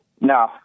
No